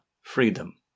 freedom